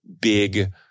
big